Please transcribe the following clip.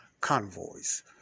convoys